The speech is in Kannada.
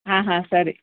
ಆಂ ಹಾಂ ಸರಿ